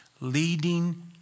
leading